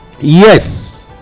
Yes